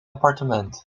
appartement